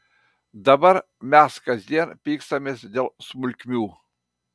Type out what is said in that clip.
dabar mes kasdien pykstamės dėl smulkmių